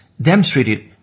demonstrated